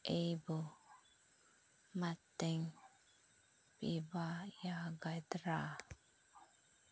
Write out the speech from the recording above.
ꯑꯩꯕꯨ ꯃꯇꯦꯡ ꯄꯤꯕ ꯌꯥꯒꯗ꯭ꯔꯥ